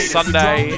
Sunday